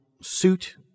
suit